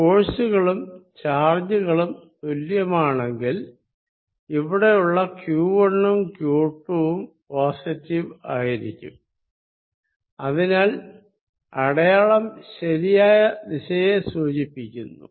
force കളും ചാർജുകളും തുല്യമാണെങ്കിൽ ഇവിടെയുള്ള q1 ഉം q2 വും പോസിറ്റീവ് ആയിരിക്കും അതിനാൽ അടയാളം ശരിയായ ദിശയെ സൂചിപ്പിക്കുന്നു